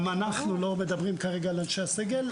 גם אנחנו לא מדברים כרגע על אנשי הסגל,